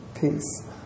peace